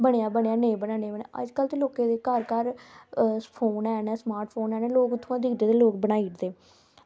बनेआ बनेआ नेईं बनेआ ते नेईं बनेआ अज्जकल ते लोकें ई घर घर फोन हैन स्मार्टफोन हैन ते इत्थुआं लोग वीडियो बनाई ओड़दे न